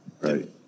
Right